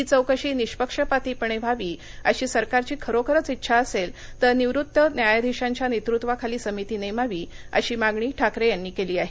ही चौकशी निष्पक्षपातीपणे व्हावी अशी सरकारची खरोखरच इच्छा असेल तर निवृत्त न्यायाधीशांच्या नेतृत्वाखाली समिती नेमावी अशी मागणी ठाकरे यांनी केली आहे